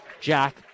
Jack